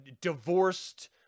divorced